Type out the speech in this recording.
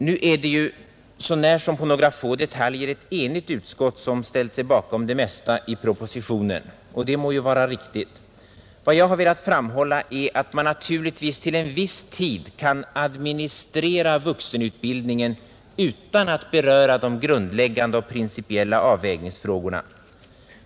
Nu är det — med undantag av några få detaljer — ett enigt utskott som ställt sig bakom det mesta i propositionen. Vad jag har velat framhålla är att man naturligtvis till en viss tid kan administrera vuxenutbildningen utan att beröra de grundläggande och principiella avvägningsfrågorna.